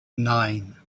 nine